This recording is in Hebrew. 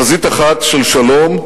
חזית אחת של שלום,